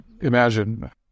imagine